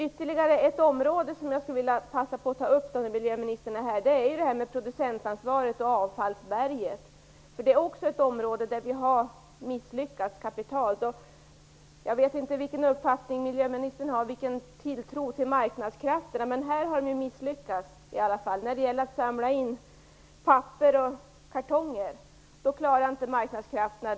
Ytterligare ett område som jag skulle vilja passa på att ta upp när miljöministern är här är producentansvaret och avfallsberget. Det är också ett område där vi har misslyckats kapitalt. Jag vet inte vilken uppfattning miljöministern har och vilken tilltro hon har till marknadskrafterna. Men här har vi misslyckats när det gäller att samla in papper och kartonger. Det klarar inte marknadskrafterna.